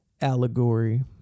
allegory